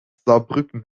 saarbrücken